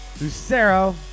Lucero